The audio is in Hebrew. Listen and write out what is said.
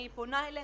אני פונה אליכם